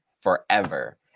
forever